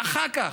ואחר כך,